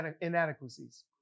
inadequacies